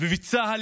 ובצה"ל